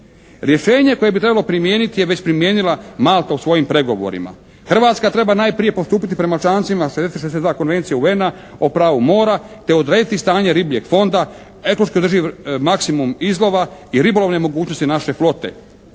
Rješenje koje bi trebalo primijeniti je već primijenila Malta u svojim pregovorima. Hrvatska najprije treba postupiti prema člancima 60. i 62. Konvencije UN-a o pravu mora te odrediti stanje ribljeg fonda, ekološko održivi maksimum izlova i ribolovne mogućnosti naše flote.